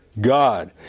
God